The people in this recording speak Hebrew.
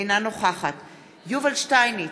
אינה נוכחת יובל שטייניץ,